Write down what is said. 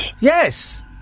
Yes